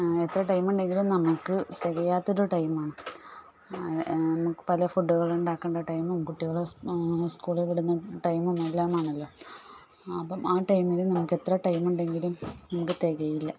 എത്ര ടൈമുണ്ടെങ്കിലും നമുക്ക് തികയാത്തൊരു ടൈം ആണ് നമ്മൾക്ക് പല ഫുഡുകൾ ഉണ്ടാക്കേണ്ട ടൈമും കുട്ടികളെ സ്കൂളിൽ വിടുന്ന ടൈമും എല്ലാം ആണല്ലോ അപ്പം ആ ടൈമിലും നമുക്ക് എത്ര ടൈമുണ്ടെങ്കിലും നമുക്ക് തികയില്ല